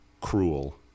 cruel